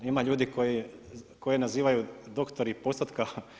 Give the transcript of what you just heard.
Ima ljudi koje nazivaju doktori postotka.